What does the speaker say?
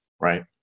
right